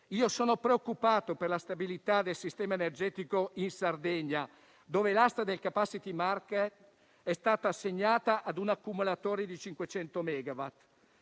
Sono preoccupato per la stabilità del sistema energetico in Sardegna, dove l'asta del Capacity market è stata assegnata a un accumulatore di 500